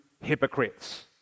hypocrites